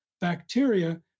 bacteria